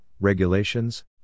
regulations